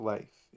Life